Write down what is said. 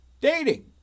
dating